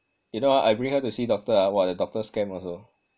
you know ah I bring her to see doctor ah !wah! the doctor scam also